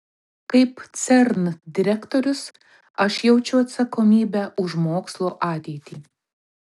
kaip cern direktorius aš jaučiu atsakomybę už mokslo ateitį